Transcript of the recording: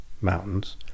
mountains